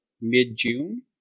mid-June